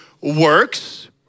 works